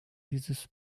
dieses